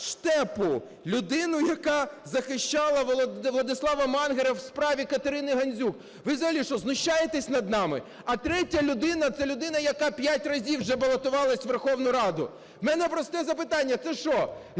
людину, яка захищала Владислава Мангера в справі Катерини Гандзюк. Ви взагалі, що, знущаєтесь над нами? А третя людина – це людина, яка п'ять разів вже балотувалася в Верховну Раду. У мене просте запитання: це що,